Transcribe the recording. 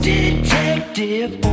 Detective